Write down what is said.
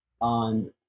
on